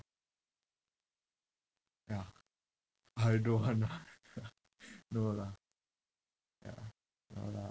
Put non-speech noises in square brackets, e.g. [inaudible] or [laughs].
ya I don't want ah [laughs] no lah ya no lah